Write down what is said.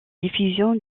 diffusion